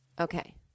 Okay